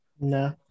No